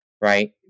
right